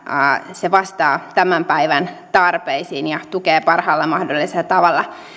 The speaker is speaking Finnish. se vastaa tämän päivän tarpeisiin ja tukee parhaalla mahdollisella tavalla